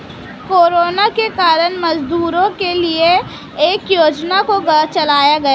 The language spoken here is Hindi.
कोरोना के कारण मजदूरों के लिए ये योजना को चलाया गया